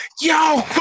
YO